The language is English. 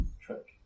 trick